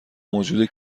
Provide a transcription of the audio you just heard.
موجود